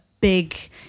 big